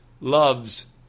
loves